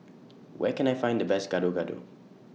Where Can I Find The Best Gado Gado